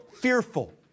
fearful